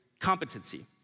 competency